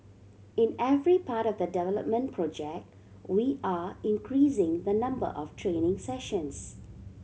in every part of the development project we are increasing the number of training sessions